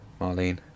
Marlene